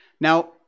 Now